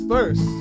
First